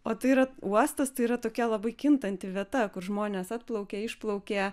o tai yra uostas tai yra tokia labai kintanti vieta kur žmonės atplaukė išplaukė